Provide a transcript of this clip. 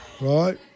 Right